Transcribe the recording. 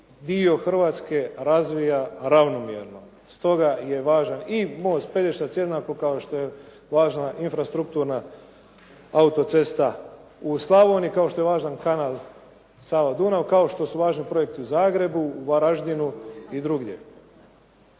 dio Hrvatske razvija ravnomjerno. Stoga je važan i most Pelješac jednako kao što je važna infrastrukturna autocesta u Slavoniji, kao što je važan kanal Sava-Dunav, kao što su važni projekti u Zagrebu, u Varaždinu i drugdje.